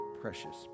precious